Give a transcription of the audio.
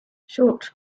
short